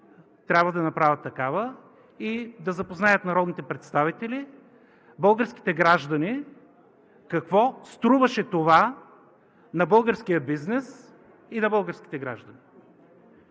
трябва да направят такава и да запознаят народните представители, българските граждани, какво струваше това на българския бизнес и на българските граждани.